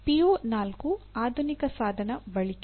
ಪಿಒ4 ಆಧುನಿಕ ಸಾಧನ ಬಳಕೆ